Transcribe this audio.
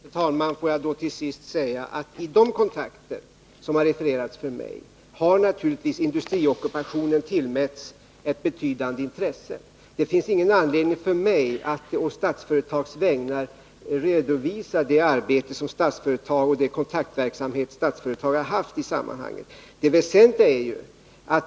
Herr talman! Låt mig till sist säga att i de kontakter som har refererats för mig har naturligtvis industriockupationen tillmätts ett betydande intresse. Det finns ingen anledning för mig att å Statsföretags vägnar redovisa det arbete som bedrivits och den kontaktverksamhet som Statsföretag har haft i sammanhanget.